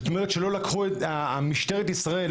אלו תמונות שלא לקחו משטרת ישראל,